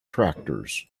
tractors